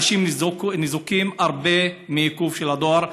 אנשים ניזוקים הרבה מהעיכוב של הדואר.